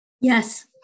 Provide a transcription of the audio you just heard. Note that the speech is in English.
Yes